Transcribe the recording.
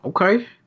Okay